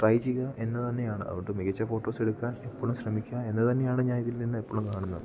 try ചെയ്യുക എന്ന് തന്നെയാണ് അതുകൊണ്ട് മികച്ച ഫോട്ടോസ് എടുക്കാൻ എപ്പോഴും ശ്രമിക്കുക എന്ന് തന്നെയാണ് ഞാൻ ഇതിൽനിന്ന് എപ്പോഴും കാണുന്നത്